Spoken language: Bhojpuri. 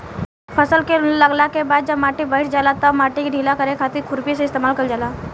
फसल के लागला के बाद जब माटी बईठ जाला तब माटी के ढीला करे खातिर खुरपी के इस्तेमाल कईल जाला